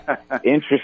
interesting